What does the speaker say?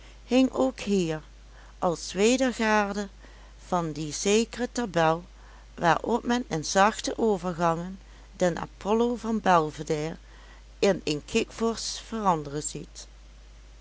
hing ook hier als wedergade van die zekere tabel waarop men in zachte overgangen den apollo van belvédère in een kikvorsch veranderen ziet